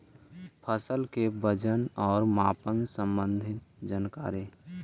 फसल के वजन और मापन संबंधी जनकारी?